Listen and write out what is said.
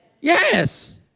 Yes